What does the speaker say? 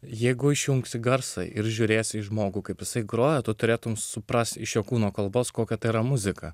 jeigu išjungsi garsą ir žiūrės į žmogų kaip jisai groja tu turėtumei suprasti iš jo kūno kalbos kokia tai yra muzika